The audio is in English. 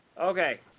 Okay